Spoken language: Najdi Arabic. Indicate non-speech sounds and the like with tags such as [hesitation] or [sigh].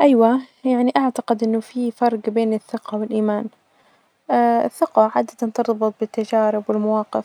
أيوة يعني أعتقد أنه في فرج بين الثقة والإيمان، [hesitation] الثقة عادة ترتبط بالتجارب والمواقف